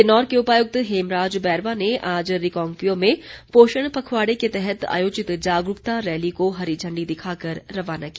किन्नौर के उपायुक्त हेमराज बैरवा ने आज रिकांगपिओ में पोषण पखवाड़े के तहत आयोजित जागरूकता रैली को हरी झंडी दिखाकर रवाना किया